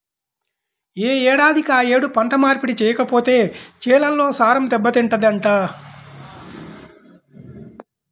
యే ఏడాదికి ఆ యేడు పంట మార్పిడి చెయ్యకపోతే చేలల్లో సారం దెబ్బతింటదంట